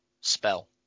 spell